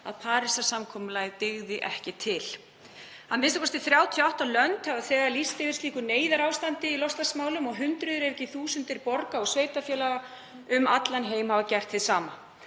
að Parísarsamkomulagið dygði ekki til. Að minnsta kosti 38 ríki hafa þegar lýst yfir neyðarástandi í loftslagsmálum og hundruð ef ekki þúsundir borga og sveitarfélaga um allan heim hafa gert hið sama.